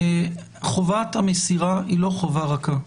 חובת המסירה היא לא חובה רכה.